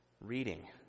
reading